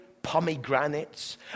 pomegranates